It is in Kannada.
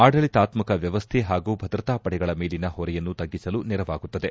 ಆಡಳಿತಾತ್ಮಕ ವ್ಯವಸ್ಥೆ ಹಾಗೂ ಭದ್ರತಾ ಪಡೆಗಳ ಮೇಲಿನ ಹೊರೆಯನ್ನು ತಗ್ಗಿಸಲು ನೆರವಾಗುತ್ತದೆ